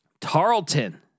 Tarleton